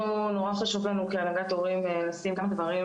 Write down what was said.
נורא חשוב לנו כהנהגת הורים לשים כמה דברים